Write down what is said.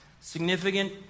Significant